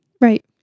Right